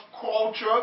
culture